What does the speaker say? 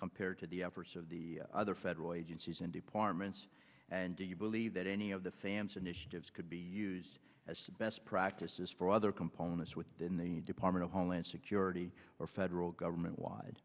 compared to the efforts of the other federal agencies and departments and do you believe that any of the fans initiatives could be used as to best practices for other components within the department of homeland security or federal government wi